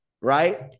right